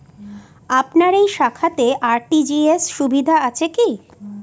আপনার এই শাখাতে আর.টি.জি.এস সুবিধা আছে কি?